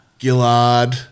Gillard